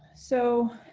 so